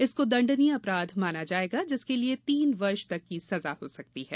इसको दंडनीय अपराध माना जाएगा जिसके लिए तीन वर्ष तक की सजा हो सकती है